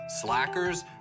slackers